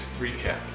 recap